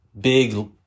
big